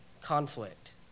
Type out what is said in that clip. conflict